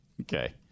Okay